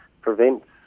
prevents